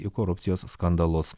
į korupcijos skandalus